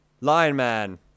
Lion-man